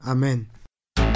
Amen